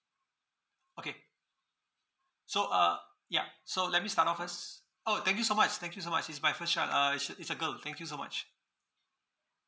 okay so uh ya so let me start of first oh thank you so much thank you so much is my first child uh is a is a girl thank you so much